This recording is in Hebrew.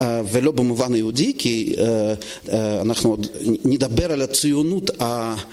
ולא במובן יהודי, כי אנחנו נדבר על הציונות